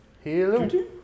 Hello